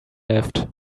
left